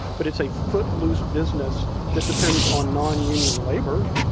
but it's a footloose business that depends on nonunion labor,